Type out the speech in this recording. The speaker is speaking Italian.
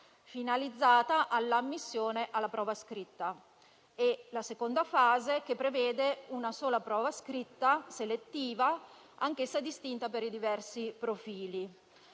finalizzata all'ammissione alla prova scritta, e la seconda fase, che prevede una sola prova scritta selettiva, anche se distinta per i diversi profili.